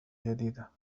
جديدة